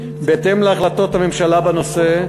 בהתאם להחלטות הממשלה בנושא,